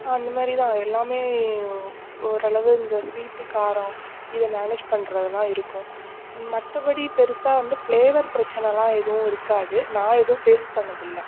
அந்த மாதிரி தான் எல்லாமே ஓரளவு இந்த ஸ்வீட்டு காரம் இதை மேனேஜ் பண்றதெல்லாம் இருக்கும் மற்றபடி பெரிசா வந்து ஃபிளேவர் பிரச்சனைலாம் எதுவும் இருக்காது நான் எதுவும் ஃபேஸ் பண்ணதில்லை